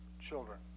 children